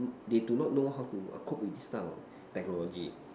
mm they do not know how to err cope with this type of technology